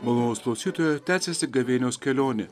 malonūs klausytojai tęsiasi gavėnios kelionė